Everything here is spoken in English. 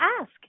ask